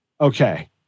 Okay